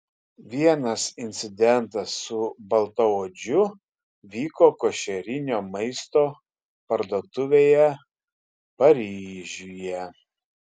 vienas incidentas su baltaodžiu vyko košerinio maisto parduotuvėje paryžiuje